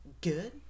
good